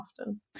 often